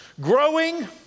growing